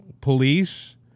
police